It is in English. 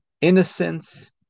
innocence